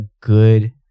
good